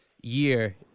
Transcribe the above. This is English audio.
year